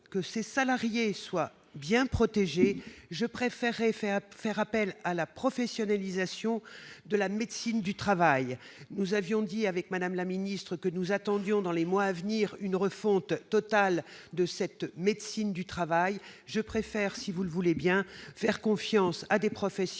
que ses salariés soient bien protégés, je préférerais faire faire appel à la professionnalisation de la médecine du travail, nous avions dit avec madame la ministre que nous attendions, dans les mois à venir, une refonte totale de cette médecine du travail, je préfère, si vous le voulez bien faire confiance à des professionnels